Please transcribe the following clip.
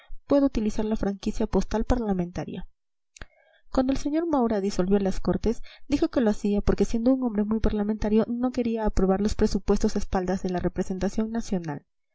puedo utilizar la franquicia postal parlamentaria cuando el sr maura disolvió las cortes dijo que lo hacía porque siendo un hombre muy parlamentario no quería aprobar los presupuestos a espaldas de la representación nacional